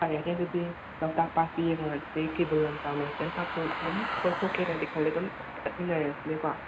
ꯐꯔꯦꯅꯦ ꯗꯨꯗꯤ ꯂꯣꯛꯇꯥꯛ ꯄꯥꯠꯇꯤ ꯌꯦꯡꯉꯨꯔꯁꯦ ꯀꯦꯕꯨꯜ ꯂꯝꯖꯥꯎ ꯅꯦꯁꯅꯦꯟ ꯄꯥꯛꯁꯨ ꯑꯗꯨꯝ ꯀꯣꯏꯊꯣꯛꯀꯦꯅꯗꯤ ꯈꯜꯂꯤ ꯑꯗꯨꯝ ꯆꯠꯃꯤꯟꯅꯔꯁꯤꯅꯦꯀꯣ